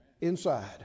inside